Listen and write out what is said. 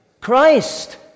Christ